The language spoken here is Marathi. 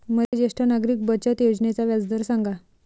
मले ज्येष्ठ नागरिक बचत योजनेचा व्याजदर सांगा